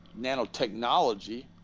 nanotechnology